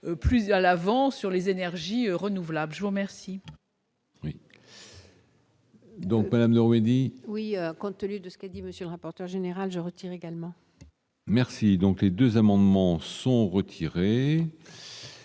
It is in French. plus à l'avance sur les énergies renouvelables, je vous remercie.